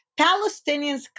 Palestinians